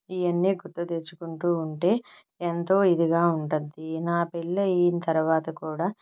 ఇవన్నీ గుర్తుతెచ్చుకుంటూ ఉంటే ఎంతో ఇదిగా ఉంటద్ధి నా పెళ్ళయిన తర్వాత కూడా